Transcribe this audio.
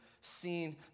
seen